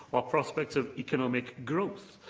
ah prospects of economic growth,